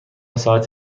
ساعت